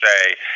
say